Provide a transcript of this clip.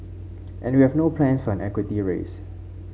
and we have no plans for an equity raise